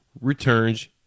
returns